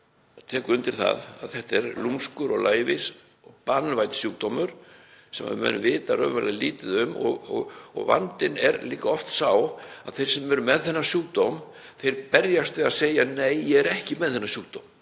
og tek undir að þetta er lúmskur og lævís og banvænn sjúkdómur sem menn vita raunverulega lítið um. Vandinn er líka oft sá að þeir sem eru með þennan sjúkdóm berjast við að segja: Nei, ég er ekki með þennan sjúkdóm.